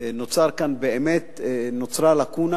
נוצרה לקונה